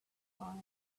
high